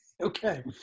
Okay